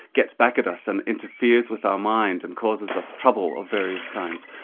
gets back at us and interferes with our mind and causes us trouble of various kinds.